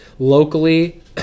locally